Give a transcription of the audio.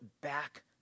back